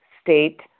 state